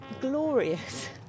glorious